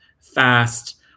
fast